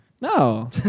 No